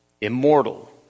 immortal